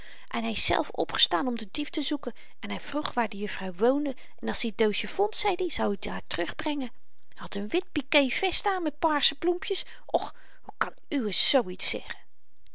en hy is zelf opgestaan om den dief te zoeken en hy vroeg waar de juffrouw woonde en als i t doosje vond zeid i zoud i t haar terugbrengen hy had n wit piqué vest aan met paarse bloempjes och hoe kan uwe